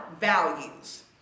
values